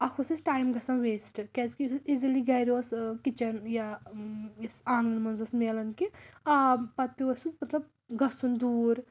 اَکھ اوس اَسہِ ٹایم گَژھان ویسٹ کیٛازکہِ یُس اَسہِ اِزِلی گَرِ اوس کِچَن یا یُس آنٛگنَن منٛز اوس مِلان کہِ آب پَتہٕ پیوٚو اَسہِ سُہ مطلب گَژھُن دوٗر